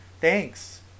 Thanks